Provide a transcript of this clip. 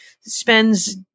spends